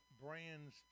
brands